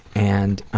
and